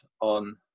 on